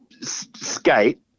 skate